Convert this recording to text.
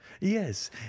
yes